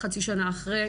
חצי שנה אחרי,